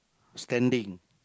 standing